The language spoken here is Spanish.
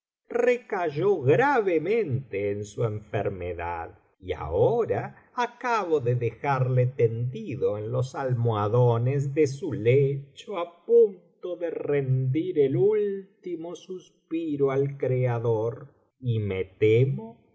recayó gravemente en su enfermedad y ahora acabo de dejarle tendido en los almohadones de su lecho á punto de rendir el último suspiro al creador y me temo